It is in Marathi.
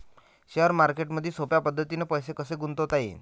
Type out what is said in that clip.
शेअर मार्केटमधी सोप्या पद्धतीने पैसे कसे गुंतवता येईन?